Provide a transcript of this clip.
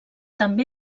també